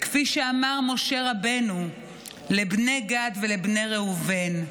כפי שאמר משה רבנו לבני גד ולבני ראובן: